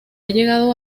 llegado